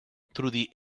through